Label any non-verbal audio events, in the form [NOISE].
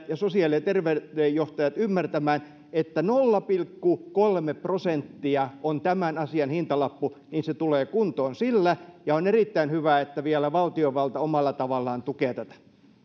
[UNINTELLIGIBLE] ja sosiaali ja terveysjohtajat ymmärtämään että nolla pilkku kolme prosenttia on tämän asian hintalappu niin se tulee kuntoon sillä ja on erittäin hyvä että vielä valtiovalta omalla tavallaan tukee tätä